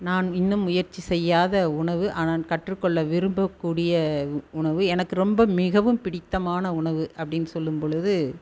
நான் இன்னும் முயற்சி செய்யாத உணவு ஆனால் கற்றுக்கொள்ள விரும்பக்கூடிய உணவு எனக்கு மிகவும் பிடித்தமான உணவு அப்படின்னு சொல்லும் பொழுது